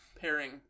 pairing